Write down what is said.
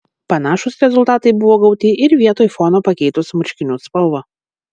panašūs rezultatai buvo gauti ir vietoj fono pakeitus marškinių spalvą